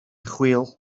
chwil